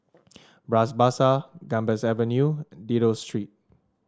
Bras Basah Gambas Avenue Dido Street